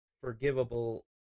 forgivable